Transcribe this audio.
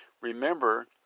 Remember